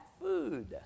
food